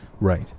Right